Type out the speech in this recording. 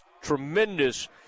tremendous